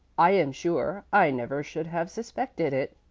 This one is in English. i am sure i never should have suspected it.